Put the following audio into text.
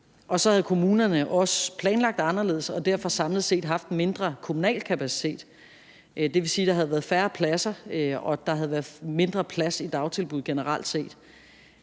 og så havde kommunerne også planlagt det anderledes og derfor samlet set haft en mindre kommunal kapacitet. Det vil sige, at der havde været færre pladser, og at der havde været mindre plads i dagtilbuddene generelt. Det